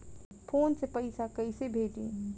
Phone से पैसा कैसे भेजी?